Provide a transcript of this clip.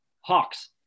Hawks